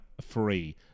free